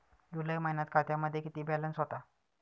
जुलै महिन्यात खात्यामध्ये किती बॅलन्स होता?